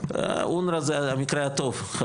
אונר"א זה המקרה הטוב.